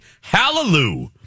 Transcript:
hallelujah